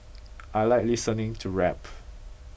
I like listening to rap